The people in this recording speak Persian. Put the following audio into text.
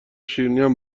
شیرینیم